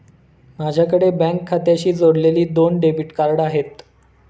माझ्याकडे बँक खात्याशी जोडलेली दोन डेबिट कार्ड आहेत